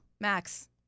Max